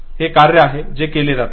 हे कार्य आहे जे केले जाते